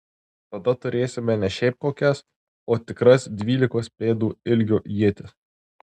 tada turėsime ne šiaip kokias o tikras dvylikos pėdų ilgio ietis